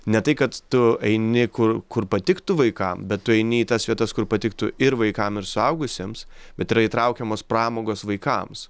ne tai kad tu eini kur kur patiktų vaikam bet tu eini į tas vietas kur patiktų ir vaikam ir suaugusiems bet yra įtraukiamos pramogos vaikams